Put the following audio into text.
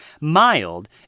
mild